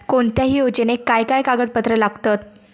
कोणत्याही योजनेक काय काय कागदपत्र लागतत?